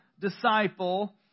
disciple